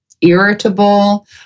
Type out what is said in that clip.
irritable